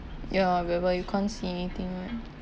ya whereby you can't see anything right